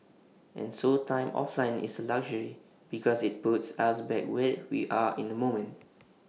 and so time offline is A luxury because IT puts us back where we are in the moment